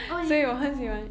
orh you oh